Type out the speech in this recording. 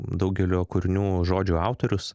daugelio kūrinių žodžių autorius